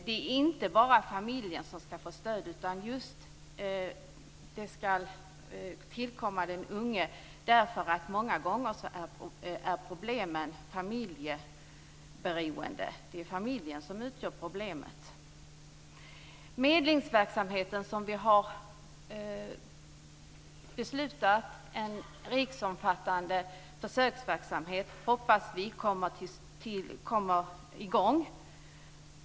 Det är inte bara familjen som skall få stöd, utan det skall tillkomma just den unge. Många gånger är ju problemen familjeberoende. Det är familjen som utgör problemet. De riksomfattande försök med medlingsverksamhet som vi har beslutat om, hoppas vi kommer i gång.